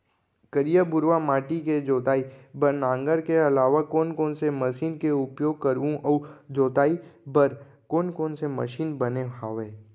करिया, भुरवा माटी के जोताई बर नांगर के अलावा कोन कोन से मशीन के उपयोग करहुं अऊ जोताई बर कोन कोन से मशीन बने हावे?